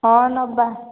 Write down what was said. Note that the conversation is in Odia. ହଁ ନେବା